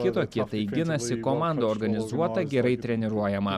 kito kietai ginasi komanda organizuota gerai treniruojama